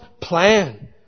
plan